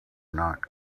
not